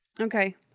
Okay